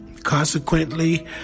Consequently